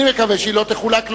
אני מקווה שהיא לא תחולק לעולם,